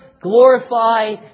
glorify